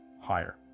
higher